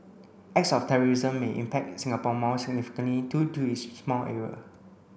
acts of terrorism may impact Singapore more significantly due to its small area